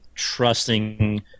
trusting